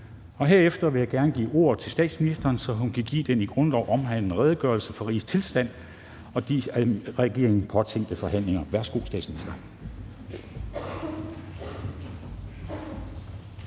Herefter vil jeg gerne give ordet til statsministeren, så hun kan give den i grundloven omhandlede redegørelse for rigets tilstand og de af regeringen påtænkte foranstaltninger. Værsgo til statsministeren.